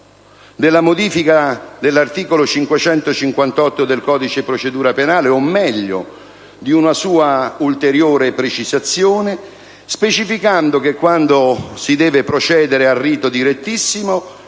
della modifica dell'articolo 558 del codice di procedura penale o, meglio, di una sua ulteriore precisazione, specificando che quando si deve procedere al rito direttissimo